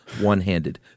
one-handed